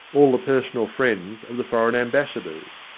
all the personal friends of the foreign ambassadors.